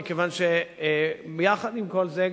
כי יחד עם כל זה,